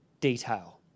detail